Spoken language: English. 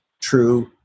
true